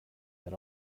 that